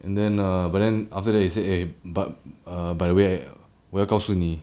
and then err but then after that he say eh but err by the way 我要告诉你